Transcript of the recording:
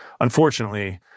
unfortunately